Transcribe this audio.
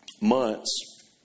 months